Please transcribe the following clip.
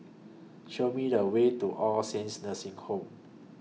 Show Me The Way to All Saints Nursing Home